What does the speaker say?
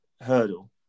hurdle